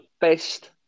best